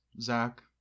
Zach